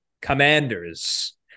Commanders